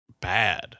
bad